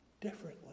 differently